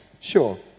Sure